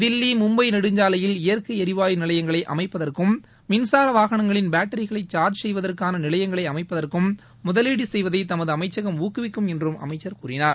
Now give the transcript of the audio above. தில்லி மும்னப நெடுஞ்சாலையில் இயற்கை எரிவாயு நிலையங்களை அமைப்பதற்கும் மின்சார வாகளங்களின் பேட்டரிகளை சார்ஜ் செய்வதற்கான நிலையங்களை அமைப்பதற்கும் முதலீடு செய்வதை தமது அமைச்சகம் ஊக்குவிக்கும் என்றும் அமைச்சர் கூறினார்